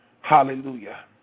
Hallelujah